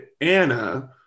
Anna